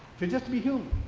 to just to be human,